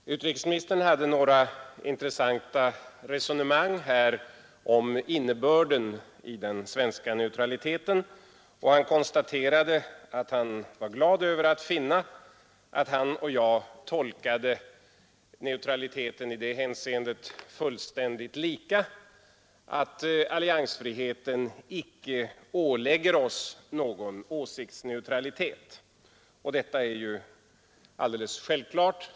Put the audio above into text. Herr talman! Utrikesministern förde några intressanta resonemang om innebörden i den svenska neutraliteten, och han konstaterade att han var glad över att finna att han och jag tolkade neutraliteten i det hänseendet fullständigt lika, att alliansfriheten icke ålägger oss någon åsiktsneutralitet. Detta är ju alldeles självklart.